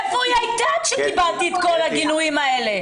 איפה היית כשקיבלתי את כל הגינויים האלה?